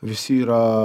visi yra